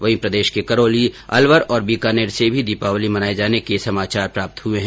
वहीं प्रदेश के करौली अलवर और बीकानेर से भी दीपावली मनाए जाने के समाचार प्राप्त हुए है